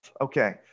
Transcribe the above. okay